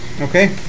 Okay